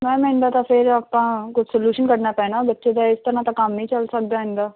ma'am ਇੱਦਾਂ ਤਾਂ ਫੇਰ ਆਪਾਂ ਕੋਈ ਸਲਿਊਸ਼ਨ ਕੱਢਣਾ ਪੈਣਾ ਬੱਚੇ ਦਾ ਇਸ ਤਰ੍ਹਾਂ ਦਾ ਕੰਮ ਨਹੀਂ ਚੱਲ ਸਕਦਾ ਹੈਗਾ